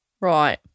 Right